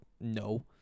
No